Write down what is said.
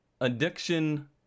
addiction